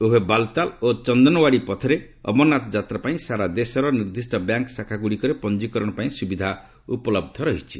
ଉଭୟ ବାଲତାଲ ଓ ଚନ୍ଦନୱାଡି ପଥରେ ଅମରନାଥ ଯାତ୍ରା ପାଇଁ ସାରା ଦେଶର ନିର୍ଦ୍ଦିଷ୍ଟ ବ୍ୟାଙ୍କ୍ ଶାଖା ଗୁଡ଼ିକରେ ପଞ୍ଜିକରଣ ପାଇଁ ସୁବିଧା ଉପଲବ୍ଧ ରହିଛି